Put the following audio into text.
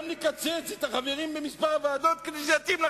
את כל הסיבות האלה ועוד סיבות שאני בטוח שחברי יציגו